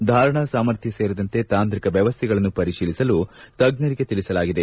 ಧಾರಣಾ ಸಾಮರ್ಥ್ಯ ಸೇರಿದಂತೆ ತಾಂತ್ರಿಕ ವ್ಯವಸ್ಥೆಗಳನ್ನು ಪರಿಶೀಲಿಸಲು ತಜ್ಞರಿಗೆ ತಿಳಿಸಲಾಗಿದೆ